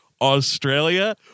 Australia